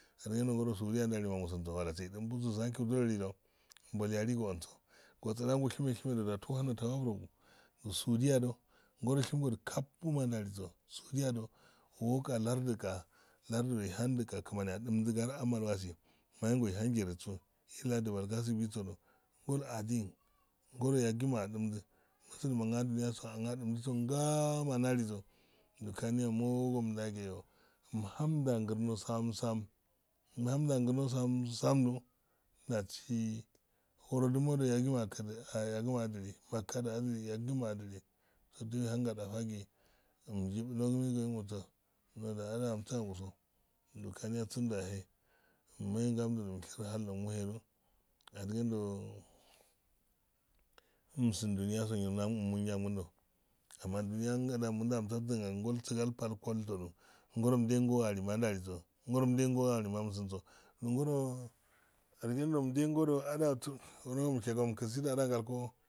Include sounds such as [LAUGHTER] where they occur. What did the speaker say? Adigendo ngoro sudiya dali usi ma clasiyo [UNINTELLIGIBLE] balyaligoh so go tsilayan gu shemu-shem do da utuhun tawabu rogu usodiyola ngoroishengodo kapma ndalido suchyalo woga lardiya-lardiro ehandiqa kima adindama ilwasi mayingo ehangiro se illah dibal gasiqui sodu muslim andoniyaso gi adimso ngaa mandali so kaniya mogom dageyo mhare da gor no sam-sam-mha dagiro san-samdu dasi warodimo yagima [HESITATION] makulo [UNINTELLIGIBLE] makado adu yagii aii mii bnomt igoyem gomo so [HESITATION] doda ando mehengamdo yehe usher hatlogimeye adigendo usi dunniyaso m-mo njagun do amma doniya nyiron dan msaftin angol siga pal-palsodu ngoro ndengo o walima ndaliso ngoro mde goyo walima msin goro so adigendo melego, [UNINTELLIGIBLE]